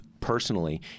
personally